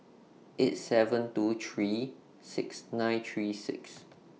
eight seven two three six nine three six